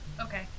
okay